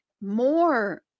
more